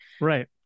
Right